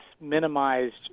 minimized